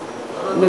ועדת הרווחה.